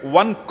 one